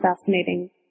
fascinating